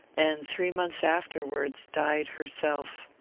and three months afterwards died herself.